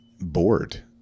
bored